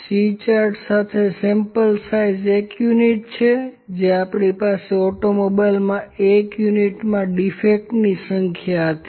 C chart સાથે sample size એક unit છે જે આપણી પાસે ઓટોમોબાઈલમાં એક યુનિટમાં ડીફેક્ટની સંખ્યા હતી